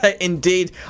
Indeed